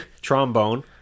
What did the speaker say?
Trombone